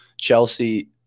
Chelsea